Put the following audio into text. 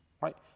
Right